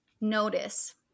notice